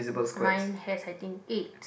mine has I think eight